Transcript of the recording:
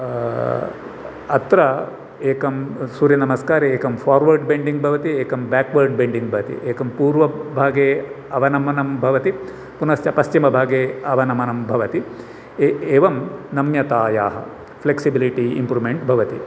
अत्र एकं सूर्यनमस्कारे एकं फ़ोर्वर्ड् बेण्डिङ्ग् भवति एकं बेक्वर्ड् बेण्डिङ्ग् भवति एकं पूर्वभागे अवनमनं भवति पुनश्च पश्चिमभागे अवनमनं भवति ए एवं नम्यतायाः फ्लेक्सिबलिटि इम्प्रूमेण्ट् भवति